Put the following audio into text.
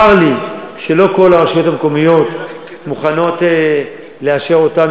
צר לי שלא כל הרשויות המקומיות מוכנות לאשר אותן,